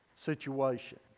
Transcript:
situation